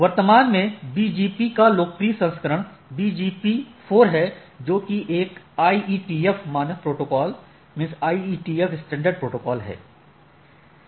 वर्तमान में BGP का लोकप्रिय संस्करण BGP4 है जो कि एक IETF मानक प्रोटोकॉल है